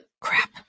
crap